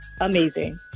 amazing